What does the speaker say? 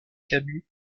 camus